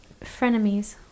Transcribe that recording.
Frenemies